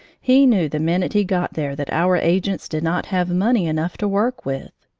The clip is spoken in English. he knew the minute he got there that our agents did not have money enough to work with.